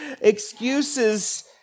excuses